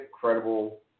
credible